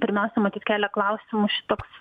pirmiausia matyt kelia klausimus šitoks